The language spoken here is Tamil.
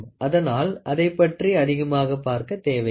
அதனால் அதைப் பற்றி அதிகமாக பார்க்க தேவையில்லை